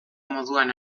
moduan